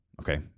Okay